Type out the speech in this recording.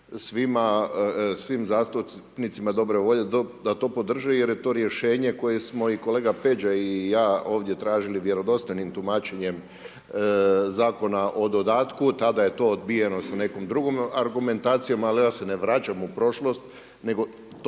svima, svima zastupnicima dobre volje da to podrži jer je to rješenje koje smo i kolega Peđa i ja ovdje tražili vjerodostojnim tumačenjem Zakona o dodatku. Tada je to odbijeno sa nekom drugom argumentacijom, ali ja se ne vraćam u prošlost